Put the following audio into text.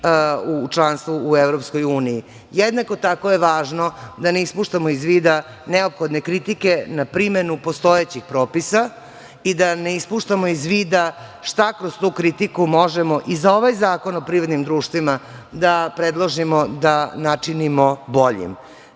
u članstvu u EU.Jednako tako je važno da ne ispuštamo iz vida neophodne kritike na primenu postojećih propisa i da ne ispuštamo iz vida šta kroz tu kritiku možemo i za ovaj Zakon o privrednim društvima da predložimo da načinimo boljim. To